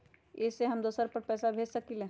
इ सेऐ हम दुसर पर पैसा भेज सकील?